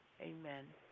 amen